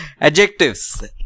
adjectives